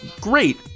great